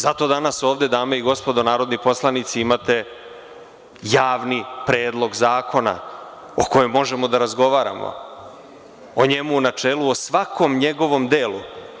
Zato danas ovde, dame i gospodo narodni poslanici, imate javni predlog zakona o kojem možemo da razgovaramo, o njemu u načelu, o svakom njegovom delu.